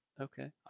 Okay